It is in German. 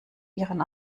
ihren